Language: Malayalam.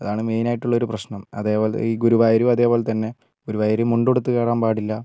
അതാണ് മെയിനായിട്ടുള്ളൊരു പ്രശ്നം അതേപോലെ ഈ ഗുരുവായൂരും അതേപോലെത്തന്നെ ഗുരുവായൂരും മുണ്ടുടുത്ത് കയറാൻ പാടില്ല